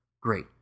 great